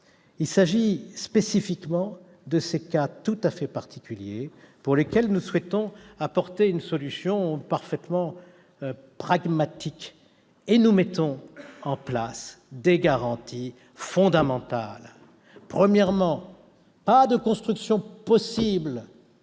Il s'agit spécifiquement de ces cas tout à fait particuliers, pour lesquels nous souhaitons apporter une solution parfaitement pragmatique, et en mettant en place des garanties fondamentales. Premièrement, aucune construction n'est possible